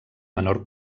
menor